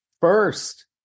first